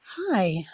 Hi